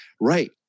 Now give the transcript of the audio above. right